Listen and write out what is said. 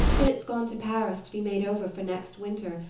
but it's gone to paris to be made over for next winter,